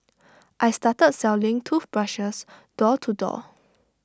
I started selling toothbrushes door to door